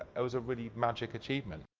it was a really magic achievement.